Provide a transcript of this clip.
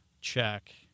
check